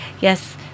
yes